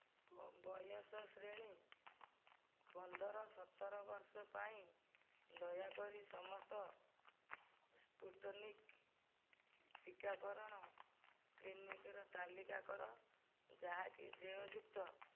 ବୟସ ଶ୍ରେଣୀ ପନ୍ଦର ସତର ବର୍ଷ ପାଇଁ ଦୟାକରି ସମସ୍ତ ସ୍ପୁଟନିକ୍ ଟିକାକରଣ କ୍ଲିନିକ୍ର ତାଲିକା କର ଯାହାକି ଦେୟଯୁକ୍ତ